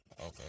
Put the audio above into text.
Okay